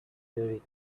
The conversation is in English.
theory